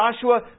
Joshua